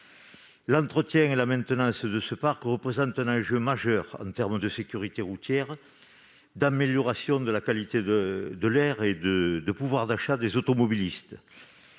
entretien et sa maintenance représentent un enjeu majeur en termes de sécurité routière, d'amélioration de la qualité de l'air et de pouvoir d'achat des automobilistes.